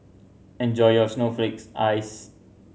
enjoy your snowflakes ice